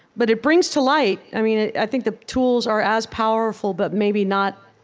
but it brings to light i mean, i think the tools are as powerful but maybe not